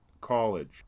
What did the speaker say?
College